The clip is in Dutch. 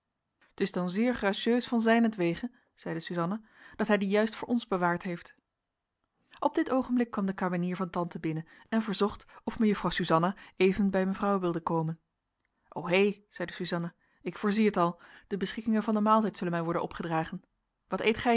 t is dan zeer gracieux van zijnentwege zeide suzanna dat hij die juist voor ons bewaard heeft op dit oogenblik kwam de kamenier van tante binnen en verzocht of mejuffrouw suzanna even bij mevrouw wilde komen ohé zeide suzanna ik voorzie het al de beschikkingen van den maaltijd zullen mij worden opgedragen wat